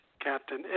Captain